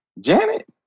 Janet